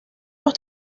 los